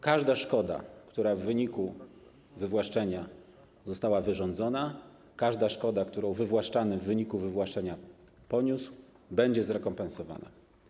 Każda szkoda, która w wyniku wywłaszczenia została wyrządzona, każda szkoda, którą wywłaszczany w wyniku wywłaszczenia poniósł, będzie zrekompensowana.